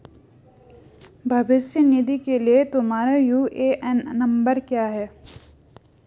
भविष्य निधि के लिए तुम्हारा यू.ए.एन नंबर क्या है?